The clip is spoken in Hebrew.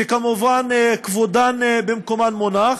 שכמובן כבודן במקומן מונח,